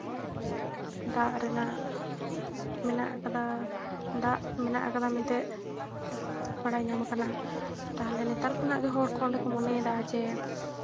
ᱫᱟᱜ ᱨᱮᱱᱟᱜ ᱢᱮᱱᱟᱜ ᱠᱟᱫᱟ ᱫᱟᱜ ᱢᱮᱱᱟᱜ ᱠᱟᱫᱟ ᱢᱮᱱᱛᱮ ᱵᱟᱲᱟᱭ ᱧᱟᱢ ᱠᱟᱱᱟ ᱛᱟᱦᱚᱞᱮ ᱱᱮᱛᱟᱨ ᱠᱷᱚᱱᱟᱜ ᱜᱮ ᱦᱚᱲ ᱠᱚ ᱢᱚᱱᱮᱭᱫᱟ ᱡᱮ